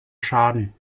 schaden